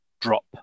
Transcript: drop